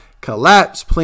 collapse